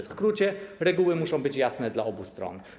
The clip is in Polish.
W skrócie: reguły muszą być jasne dla obu stron.